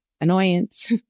annoyance